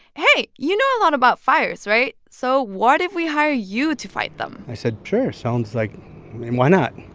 hey, you know a lot about fires, right? so why don't we hire you to fight them? i said, sure. sounds like why not?